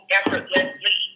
effortlessly